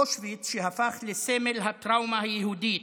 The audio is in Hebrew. אושוויץ הפך לסמל הטראומה היהודית